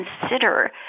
consider